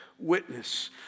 Witness